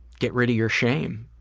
get rid of your shame.